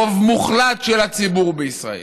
רוב מוחלט של הציבור בישראל